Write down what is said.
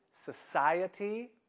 society